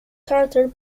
carter